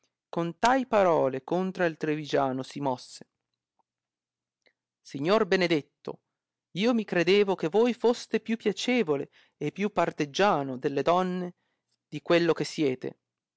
con tai parole contra il trivigiano si mosse signor benedetto io mi credevo che voi foste più piacevole e più parteggiano delle donne di quello che siete